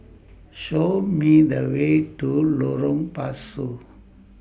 Show Me The Way to Lorong Pasu